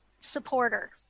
supporter